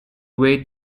way